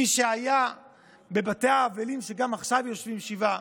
מי שהיה בבתי האבלים, שגם עכשיו יושבים שבעה,